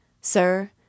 Sir